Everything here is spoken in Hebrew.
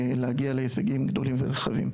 להגיע להישגים גדולים ורחבים.